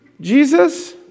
Jesus